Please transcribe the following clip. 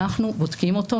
אנחנו בודקים אותו,